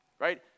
right